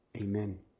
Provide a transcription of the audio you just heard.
Amen